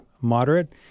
moderate